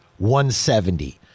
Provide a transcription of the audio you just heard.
170